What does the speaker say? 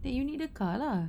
that you need the car lah